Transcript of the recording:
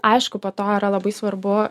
aišku po to yra labai svarbu